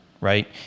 right